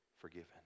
forgiven